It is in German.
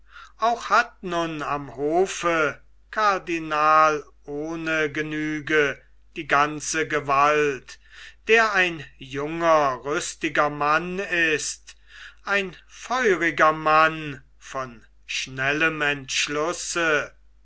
auch hat nun am hofe kardinal ohnegenüge die ganze gewalt der ein junger rüstiger mann ist ein feuriger mann von schnellem entschlusse